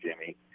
Jimmy